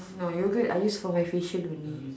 oh no yoghurt I use for my facial only